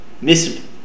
Miss